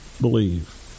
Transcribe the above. believe